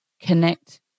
connect